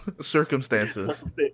circumstances